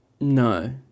No